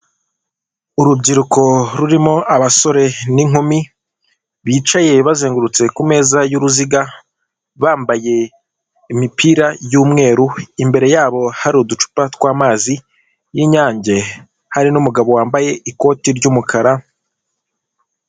Urubyiruko rurimo abasore n'inkumi bicaye bazengurutse kumeza y'uruziga, bambaye imipira y'umweru, imbere yabo hari uducupa tw'amazi y'inyange, hari n'umugabo wambaye ikoti ry'umukara.